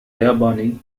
ياباني